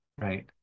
right